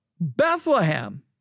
Bethlehem